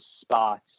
spots